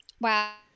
wow